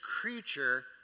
creature